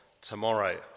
tomorrow